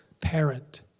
parent